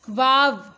wow